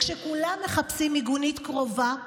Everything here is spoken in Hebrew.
כשכולם מחפשים מיגונית קרובה,